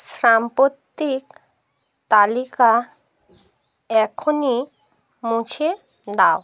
সাম্প্রতিক তালিকা এখনই মুছে দাও